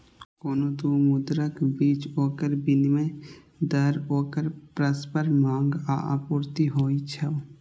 कोनो दू मुद्राक बीच ओकर विनिमय दर ओकर परस्पर मांग आ आपूर्ति होइ छै